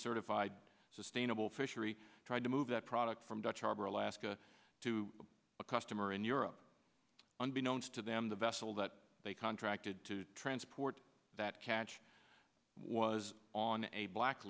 certified sustainable fishery tried to move that product from dutch harbor alaska to a customer in europe unbeknownst to them the vessel that they contracted to transport that catch was on a